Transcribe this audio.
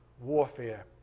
warfare